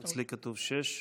אצלי כתוב שש.